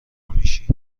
میشی